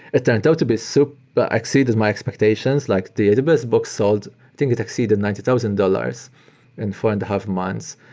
it turned out to be so but exceeded my expectations. like database books sold, i think it exceeded ninety thousand dollars in four and a half months,